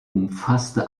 umfasste